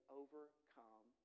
overcome